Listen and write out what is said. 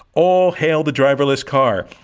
all hail the driverless car.